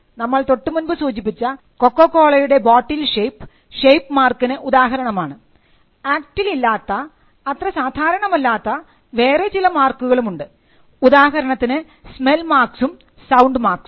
നമ്മൾ തൊട്ടുമുൻപ് സൂചിപ്പിച്ച കൊക്കോകോളയുടെ ബോട്ടിൽ ഷേപ്പ് ഷേപ്പ് മാർക്കിന് ഉദാഹരണമാണ് ആക്ടിൽ ഇല്ലാത്ത അത്ര സാധാരണമല്ലാത്ത വേറെ ചില മാർക്കുകളും ഉണ്ട് ഉദാഹരണത്തിന് സ്മെൽ മാർക്സും സൌണ്ട് മാർക്സും